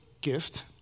gift